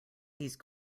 these